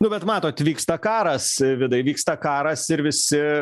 nu bet matot vyksta karas vidai vyksta karas ir visi